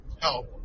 Help